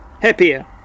happier